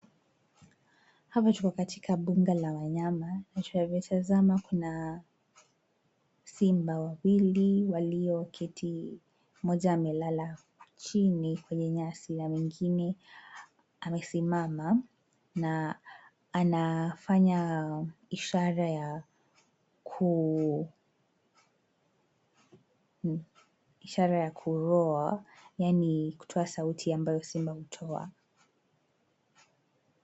Hapa tuko katika mbuga la wanyama. Tunavyotazama kuna simba wawili wameketi mmoja amelala chini kwenye nyasi na mwingine ameketi anafanya ishara ya roar .